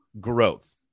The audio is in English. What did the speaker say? growth